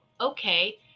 okay